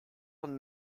von